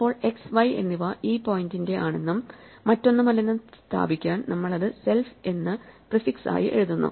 ഇപ്പോൾ x y എന്നിവ ഈ പോയിന്റിന്റെ ആണെന്നും മറ്റൊന്നുമല്ലെന്നും സ്ഥാപിക്കാൻ നമ്മൾ അത് സെൽഫ് എന്ന് പ്രിഫിക്സ് ആയി എഴുതുന്നു